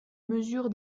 mesure